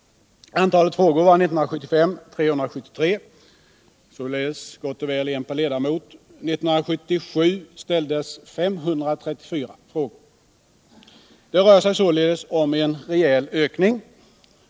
Antalet frågor 1975 var 373, således gott och väl en fråga per ledamot. 1977 ställdes 534 frågor. Det rör sig om en rejäl ökning.